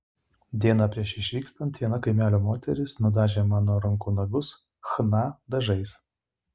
dieną prieš išvykstant viena kaimelio moteris nudažė mano rankų nagus chna dažais